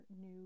new